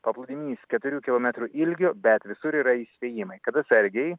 paplūdimys keturių kilometrų ilgio bet visur yra įspėjimai kad atsargiai